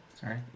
Sorry